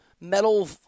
metal